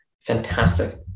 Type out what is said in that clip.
fantastic